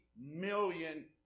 million